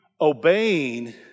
obeying